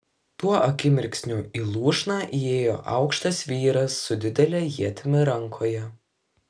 tuo akimirksniu į lūšną įėjo aukštas vyras su didele ietimi rankoje